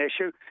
issue